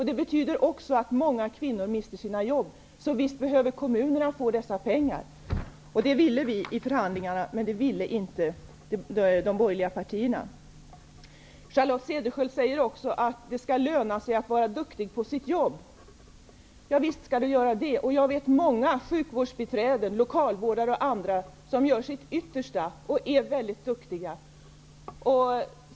Det betyder också att många kvinnor mister sina jobb. Kommunerna behöver dessa pengar. Det ville vi åstadkomma i förhandlingarna, men det gick inte de borgerliga partierna med på. Charlotte Cederschiöld säger också att det skall löna sig att vara duktig på jobbet. Visst skall det göra det. Jag vet att många sjukvårdsbiträden, lokalvårdare m.fl. gör sitt yttersta och är mycket duktiga.